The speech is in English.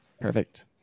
Perfect